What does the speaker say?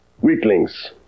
weaklings